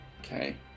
Okay